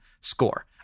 score